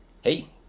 Hey